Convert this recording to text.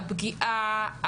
הפגיעה,